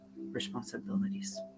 responsibilities